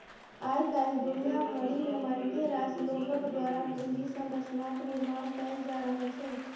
आय काल्हि दुनिया भरिमे मारिते रास लोकक द्वारा पूंजी संरचनाक निर्माण कैल जा रहल छै